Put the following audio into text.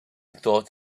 thought